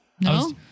No